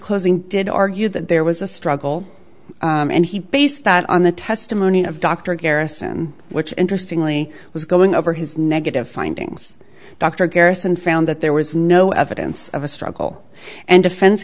closing did argue that there was a struggle and he based that on the testimony of dr garrison which interestingly was going over his negative findings dr kerrison found that there was no evidence of a struggle and defense